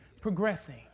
progressing